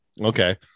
okay